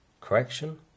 correction